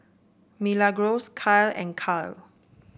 Milagros Kyle and Kyle